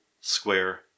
square